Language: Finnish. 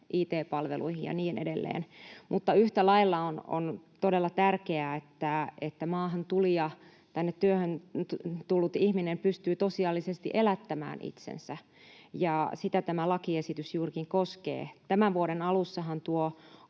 it-palveluihin ja niin edelleen. Mutta yhtä lailla on todella tärkeää, että maahantulija, tänne työhön tullut ihminen, pystyy tosiasiallisesti elättämään itsensä, ja sitä tämä lakiesitys juurikin koskee. Tämän vuoden alussahan tuo